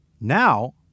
Now